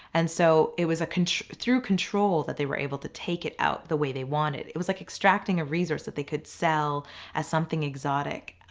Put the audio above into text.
and so it was through control that they were able to take it out the way they wanted. it was like extracting a resource that they could sell as something exotic.